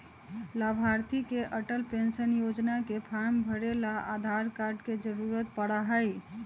लाभार्थी के अटल पेन्शन योजना के फार्म भरे ला आधार कार्ड के जरूरत पड़ा हई